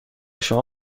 شما